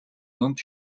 дунд